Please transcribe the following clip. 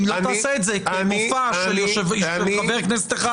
אם לא תעשה את זה כמופע של חבר כנסת אחד,